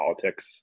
politics